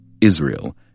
Israel